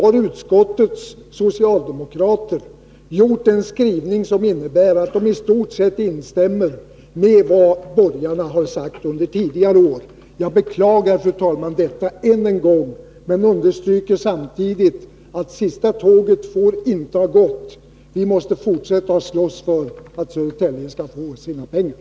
Men utskottets socialdemokrater har åstadkommit en skrivning, som innebär att de i stort sett instämmer i vad borgarna har sagt under tidigare år. Jag beklagar, fru talman, detta än en gång men understryker samtidigt att sista tåget inte får ha gått. Vi måste fortsätta att slåss för att Södertälje kommun skall få sina pengar. "